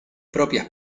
propias